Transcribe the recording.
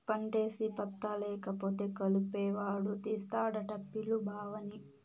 పంటేసి పత్తా లేకపోతే కలుపెవడు తీస్తాడట పిలు బావని